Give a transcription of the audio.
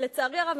ולצערי הרב,